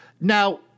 Now